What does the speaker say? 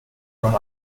grown